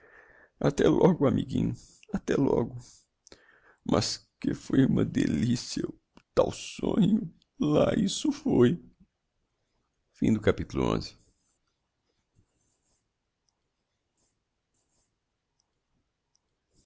logo até logo amiguinho até logo mas que foi uma delicia o tal sonho lá isso foi xii